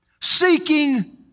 seeking